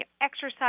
exercise